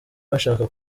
bashaka